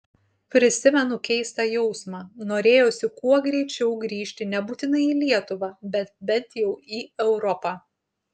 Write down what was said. prisimenu keistą jausmą norėjosi kuo greičiau grįžti nebūtinai į lietuvą bet bent jau į europą